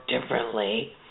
differently